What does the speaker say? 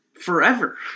forever